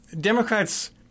democrats